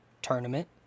tournament